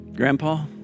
Grandpa